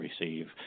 receive